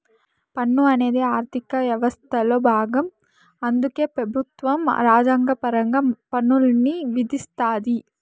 పన్ను అనేది ఆర్థిక యవస్థలో బాగం అందుకే పెబుత్వం రాజ్యాంగపరంగా పన్నుల్ని విధిస్తాది